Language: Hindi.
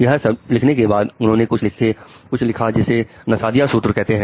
यह सब लिखने के बाद उन्होंने कुछ लिखा जिसे नासादिया सूत्र कहते हैं